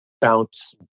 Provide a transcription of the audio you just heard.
bounce